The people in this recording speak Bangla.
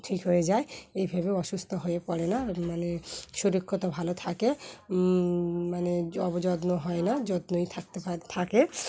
ঠিক হয়ে যায় এইভাবে অসুস্থ হয়ে পড়ে না মানে সুরক্ষিত ও ভালো থাকে মানে অযত্ন হয় না যত্নই থাকতে থাকে